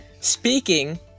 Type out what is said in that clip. Speaking